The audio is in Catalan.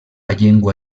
llengua